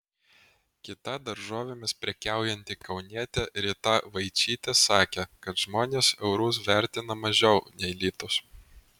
kita daržovėmis prekiaujanti kaunietė rita vaičytė sakė kad žmonės eurus vertina mažiau nei litus